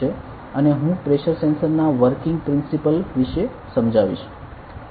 અને હું pressure sensor ના વર્કિંગ પ્રિન્સિપલ વિશે સમજાવીશ